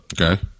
Okay